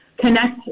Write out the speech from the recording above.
connect